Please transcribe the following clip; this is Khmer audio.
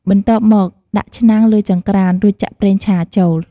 បន្ទាប់មកដាក់ឆ្នាំងលើចង្ក្រាន រួចចាក់ប្រេងឆាចូល។